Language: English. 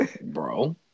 bro